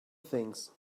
things